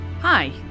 Hi